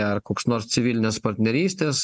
ar koks nors civilinės partnerystės